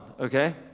okay